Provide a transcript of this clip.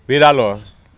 बिरालो